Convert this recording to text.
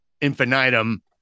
infinitum